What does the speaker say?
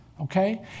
okay